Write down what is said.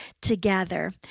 together